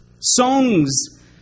songs